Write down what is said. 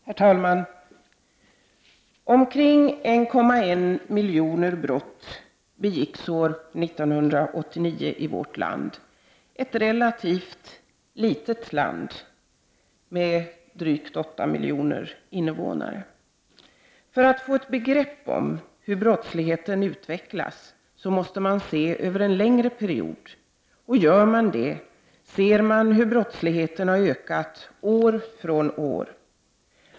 Herr talman! Omkring 1,1 miljoner brott begicks år 1989 i vårt land, ett relativt litet land med drygt 8 miljoner invånare. För att få ett begrepp om hur brottsligheten utvecklas måste man se över en längre period. Och gör man det ser man hur brottsligheten har ökat år från år.